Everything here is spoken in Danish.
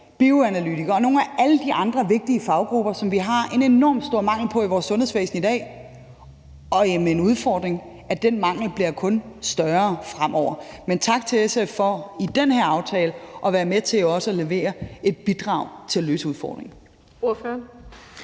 bioanalytikere og nogle af alle de andre vigtige faggrupper, som vi har en enormt stor mangel på i vores sundhedsvæsen i dag, og med den udfordring, at den mangel fremover kun bliver større. Men tak til SF for i den her aftale også at være med til at levere et bidrag til at løse udfordringen.